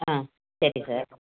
ஆ சரி சார்